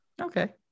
Okay